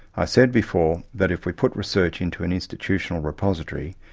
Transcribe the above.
i said before that if we put research into an institutional repository,